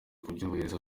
kubyubahiriza